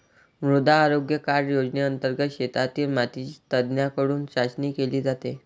मृदा आरोग्य कार्ड योजनेंतर्गत शेतातील मातीची तज्ज्ञांकडून चाचणी केली जाते